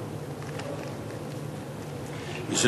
בבקשה.